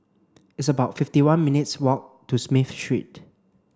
it's about fifty one minutes' walk to Smith Street